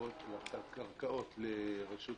הקרקעות לרשות